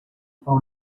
pau